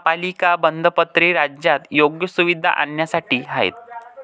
महापालिका बंधपत्रे राज्यात योग्य सुविधा आणण्यासाठी आहेत